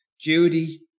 Judy